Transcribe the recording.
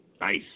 nice